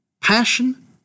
Passion